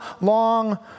long